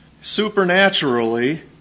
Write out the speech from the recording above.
supernaturally